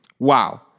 Wow